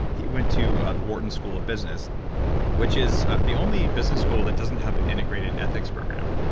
he went to ah the wharton school of business which is the only business school that doesn't have an integrated ethics program.